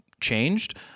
changed